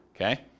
okay